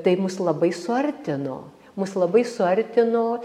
tai mus labai suartino mus labai suartino